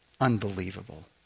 Unbelievable